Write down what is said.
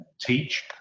teach